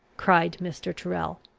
cried mr. tyrrel.